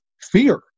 fear